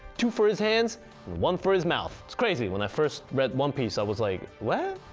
two for his hands one for his mouth, it's crazy when i first read one piece i was like what?